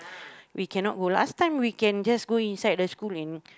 we cannot go last time we can just go inside the school and